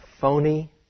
phony